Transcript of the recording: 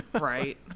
Right